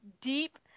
deep